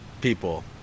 people